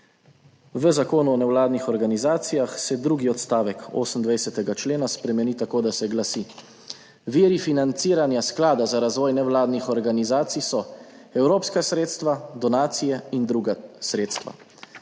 V Zakonu o nevladnih organizacijah se drugi odstavek 28. člena spremeni tako, da se glasi: »Viri financiranja sklada za razvoj nevladnih organizacij so evropska sredstva, donacije in druga sredstva.«